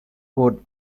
coat